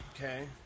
Okay